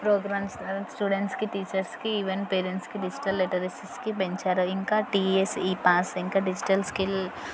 ఈ ప్రోగ్రామ్స్ ద్వారా స్టూడెంట్స్కి టీచర్స్కి ఈవెన్ పేరెంట్స్కి డిజిటల్ లిటరసీస్కి పెంచారు ఇంకా టిఎస్ ఈ పాస్ ఇంకా డిజిటల్ స్కిల్